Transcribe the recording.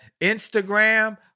Instagram